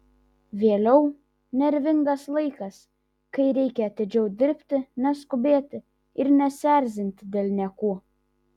vėliau nervingas laikas kai reikia atidžiau dirbti neskubėti ir nesierzinti dėl niekų